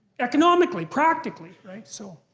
economically, practically, right? so,